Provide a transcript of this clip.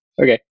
Okay